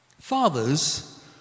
Fathers